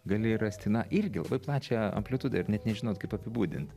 gali rasti na irgi labai plačią amplitudę ir net nežinot kaip apibūdint